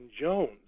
Jones